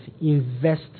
invest